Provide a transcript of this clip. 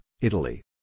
Italy